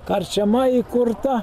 karčiama įkurta